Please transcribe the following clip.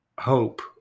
hope